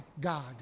God